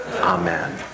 Amen